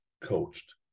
coached